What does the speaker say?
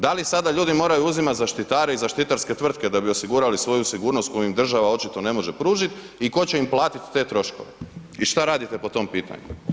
Da li sada moraju uzimati zaštitare iz zaštitarske tvrtke da bi osigurali svoju sigurnost koju im država očito ne može pružiti i tko će im platiti te troškove i šta radite po tom pitanju?